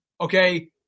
Okay